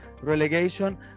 relegation